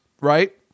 right